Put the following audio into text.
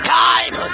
time